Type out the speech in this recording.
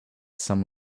some